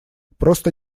просто